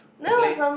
play